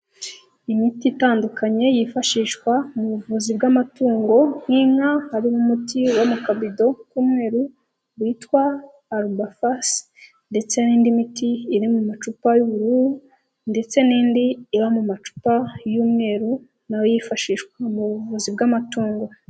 Imiti itandukanye yifashishwa mu buvuzi bw'amatungo y'inka, harimo umuti wo mu kabido k'umweru witwa alubafasi, ndetse n'indi miti iri mu macupa y'ubururu, ndetse n'indi iba mu macupa y'umweru, nayo yifashishwa mu buvuzi bw'amatungo.